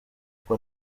ubwo